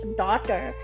daughter